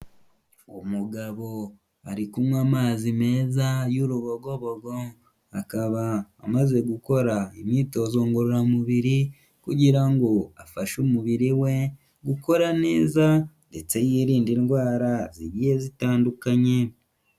Umugabo ari kunywa amazi meza y'urubogobogo, akaba amaze gukora imyitozo ngororamubiri kugira ngo afashe umubiri we gukora neza ndetse yirinde indwara zigiye zitandukanye.